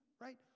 right